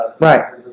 right